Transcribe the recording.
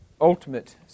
ultimate